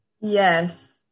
Yes